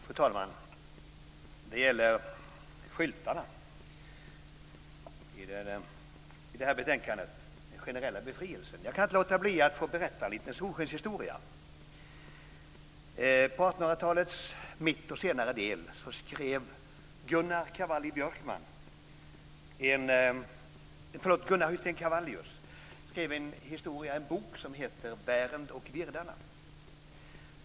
Fru talman! Jag tänkte ta upp frågan om den generella avgiftsbefrielsen för skylttillstånd som behandlas i betänkandet. Jag kan inte låta bli att berätta en liten solskenshistoria. På 1800-talets mitt och senare del skrev Gunnar Olof Hyltén-Cavallius en bok som heter Wärend och wirdarne.